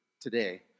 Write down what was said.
today